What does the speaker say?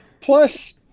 Plus